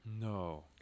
No